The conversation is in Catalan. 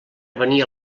venia